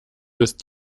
ist